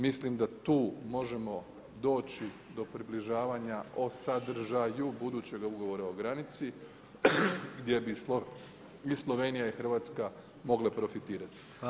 Mislim da tu možemo doći do približavanja o sadržaju budućega ugovora o granici, gdje bismo i Slovenija i Hrvatska mogle profitirati.